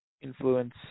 influence